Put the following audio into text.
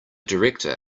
director